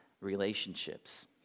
relationships